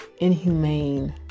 inhumane